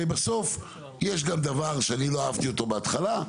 הרי בסוף יש גם דבר שאני לא אהבתי אותו בהתחלה,